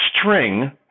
string